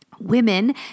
women